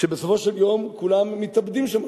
ובסופו של יום כולם מתאבדים שם,